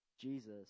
Jesus